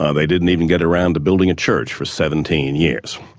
ah they didn't even get around to building a church for seventeen years,